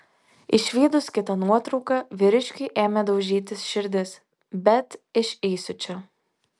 išvydus kitą nuotrauką vyriškiui ėmė daužytis širdis bet iš įsiūčio